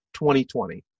2020